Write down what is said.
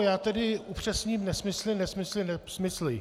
Já tedy upřesním nesmysly, nesmysly, nesmysly.